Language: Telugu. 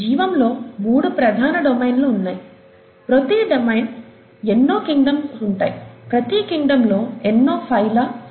జీవంలో మూడు ప్రధాన డొమైన్లు ఉన్నాయి ప్రతి డొమైన్ ఎన్నో కింగ్డమ్స్ ఉంటాయి ప్రతి కింగ్డమ్ లో ఎన్నో ఫైలా ఫైలం ఉంటాయి